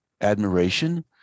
admiration